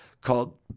called